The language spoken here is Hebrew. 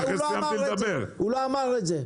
הוא לא אמר את זה.